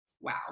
Wow